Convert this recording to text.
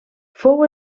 fou